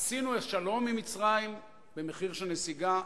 עשינו שלום עם מצרים במחיר של נסיגה,